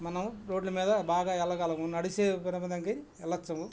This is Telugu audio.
మనం రోడ్ల మీద బాగా వెళ్ళగలము నడిచే విదవిదాంకి వెళ్ళోచ్చుము